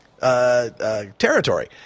territory